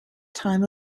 time